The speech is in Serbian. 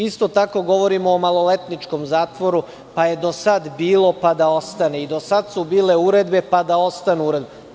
Isto tako govorimo o maloletničkom zatvoru, pa je do sad bilo, pa da ostane i do sad su bile uredbe, pa da ostanu uredbe.